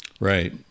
right